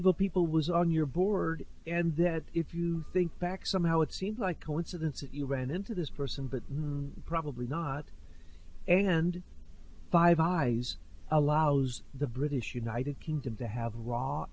evil people was on your board and that if you think back somehow it seems like a coincidence that you ran into this person but probably not and five eyes allows the british united kingdom to have raw